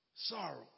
sorrow